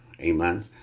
amen